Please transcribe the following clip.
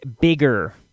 bigger